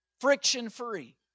friction-free